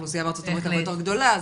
האוכלוסייה בארה"ב יותר גדולה,